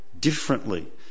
differently